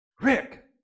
Rick